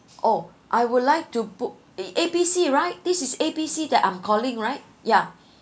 oh I would like to book eh A B C right this is A B C that I'm calling right ya